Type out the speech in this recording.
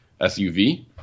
SUV